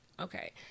Okay